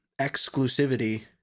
exclusivity